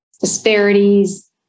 disparities